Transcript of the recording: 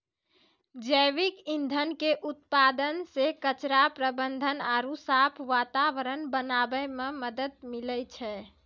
जैविक ईंधन के उत्पादन से कचरा प्रबंधन आरु साफ वातावरण बनाबै मे मदत मिलै छै